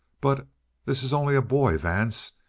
but this is only a boy, vance.